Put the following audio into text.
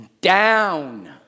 down